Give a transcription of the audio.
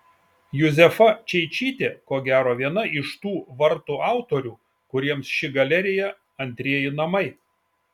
juzefa čeičytė ko gero viena iš tų vartų autorių kuriems ši galerija antrieji namai